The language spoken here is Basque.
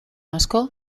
asko